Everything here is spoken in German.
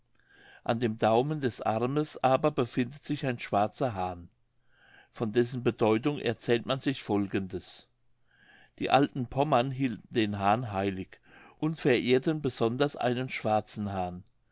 an dem daumen des armes aber befindet sich ein schwarzer hahn von dessen bedeutung erzählt man sich folgendes die alten pommern hielten den hahn heilig und verehrten besonders einen schwarzen hahn